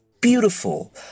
beautiful